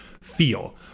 feel